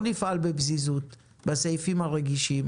לא נפעל בפזיזות בסעיפים הרגישים.